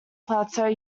plateau